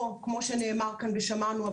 או כמו שנאמר כאן ושמענו,